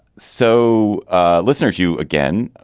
so, ah listeners, you again,